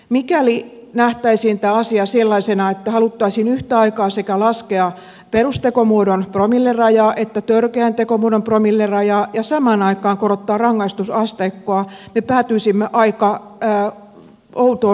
mikäli nähtäisiin tämä asia sellaisena että haluttaisiin yhtä aikaa sekä laskea perustekomuodon promillerajaa että törkeän tekomuodon promillerajaa ja samaan aikaan korottaa rangaistusasteikkoa me päätyisimme aika outoon lainsäädäntöön